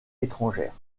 étrangères